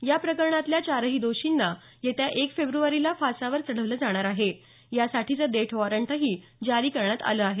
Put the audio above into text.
या प्रकरणातल्या चारही दोषींना येत्या एक फेब्रुवारीला फासावर चढवलं जाणार आहे यासाठीचं डेथ वॉरंटही जारी करण्यात आलं आहे